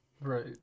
Right